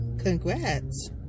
Congrats